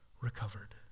recovered